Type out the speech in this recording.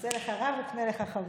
עשה לך רב וקנה לך חבר.